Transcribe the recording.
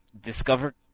Discover